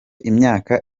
imyaka